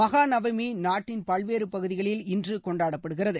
மஹா நவமி நாட்டின் பல்வேறு பகுதிகளில் இன்று கொண்டாடப்படுகிறது